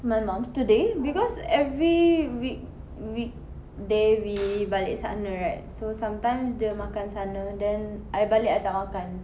my mum's today because every week week then we balik sana right so sometimes dia makan sana then I balik I tak makan